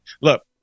Look